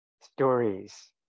stories